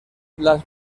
las